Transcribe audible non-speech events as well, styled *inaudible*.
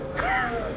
*laughs*